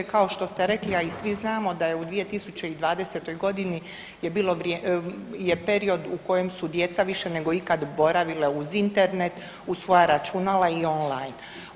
Kao što ste rekli, a i svi znamo da je u 2020.g. je period u kojem su djeca više nego ikad boravila uz Internet, uz svoja računala i online.